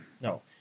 No